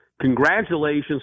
congratulations